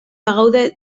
bagaude